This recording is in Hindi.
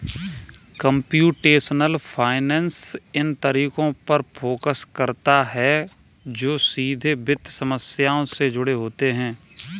कंप्यूटेशनल फाइनेंस इन तरीकों पर फोकस करता है जो सीधे वित्तीय समस्याओं से जुड़े होते हैं